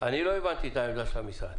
אני לא הבנתי את העמדה של המשרד.